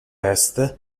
est